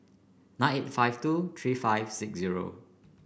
nine eight five two three five six zero